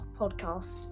podcast